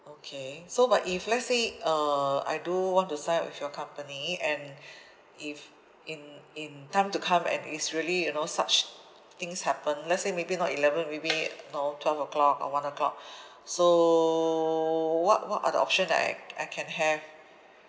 okay so but if let's say uh I do want to sign up with your company and if in in time to come and it's really you know such things happen let's say maybe not eleven maybe you know twelve o'clock or one o'clock so what what are the option that I I can have